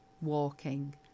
walking